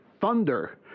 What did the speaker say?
thunder